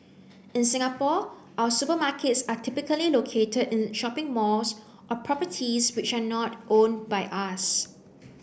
in Singapore our supermarkets are typically located in shopping malls or properties which are not owned by us